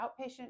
outpatient